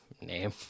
name